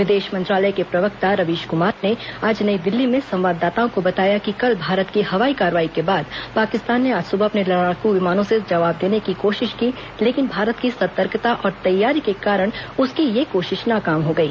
विदेश मंत्रालय के प्रवक्ता रवीश कुमार ने आज नई दिल्ली में संवाददाताओं को बताया कि कल भारत की हवाई कार्रवाई के बाद पाकिस्तान ने आज सुबह अपने लड़ाकू विमानों से जवाब देने की कोशिश की लेकिन भारत की सतर्कता और तैयारी के कारण उसकी यह कोशिश नाकाम हो गई